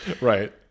Right